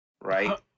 right